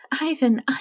Ivan